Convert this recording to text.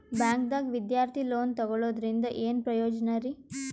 ಬ್ಯಾಂಕ್ದಾಗ ವಿದ್ಯಾರ್ಥಿ ಲೋನ್ ತೊಗೊಳದ್ರಿಂದ ಏನ್ ಪ್ರಯೋಜನ ರಿ?